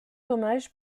hommage